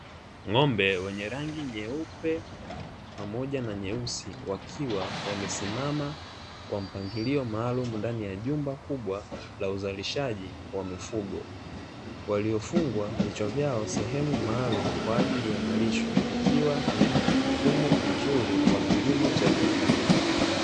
Ng'ombe wenye rangi nyeupe pamoja na nyeusi, wakiwa wamesimama kwa mpangilio maalumu ndani ya jumba kubwa la uzalishaji wa mifugo. Waliofungwa vichwa vyao sehemu maalumu kwa ajili ya malisho, ikiwa ni mfumo mzuri wa kilimo cha viwandani.